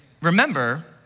remember